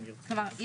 כלומר,